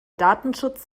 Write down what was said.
datenschutz